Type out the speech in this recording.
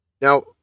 Now